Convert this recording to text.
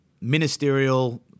ministerial